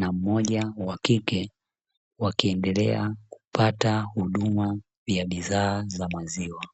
na mmoja wakike, wakiendelea kupata huduma ya bidhaa za maziwa.